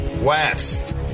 West